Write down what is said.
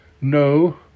No